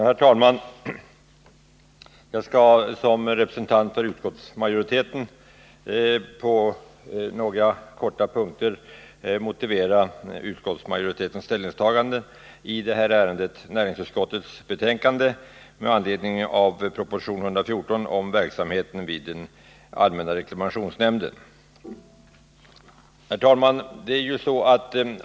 Herr talman! Jag skall som representant för utskottsmajoriteten på några punkter kort motivera vårt ställningstagande i det här ärendet, som gäller näringsutskottets betänkande 55 med anledning av proposition 114 om verksamheten vid allmänna reklamationsnämnden. Herr talman!